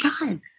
God